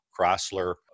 Chrysler